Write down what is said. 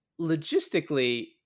logistically